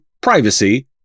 privacy